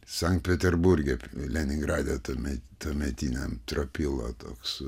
sankt peterburge leningrade tuomet tuometiniam tropila toks